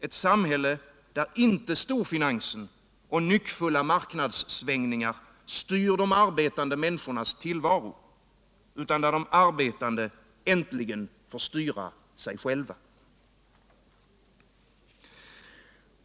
Ett samhälle, där inte storfinansen och nyckfulla marknadssvängningar styr de arbetandes tillvaro utan där de arbetande äntligen får styra sig själva.